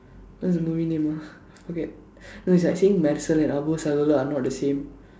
what's the movie name ah okay no it's like saying Mersal and Aboorva Sagodharargal are not the same